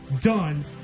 done